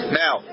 now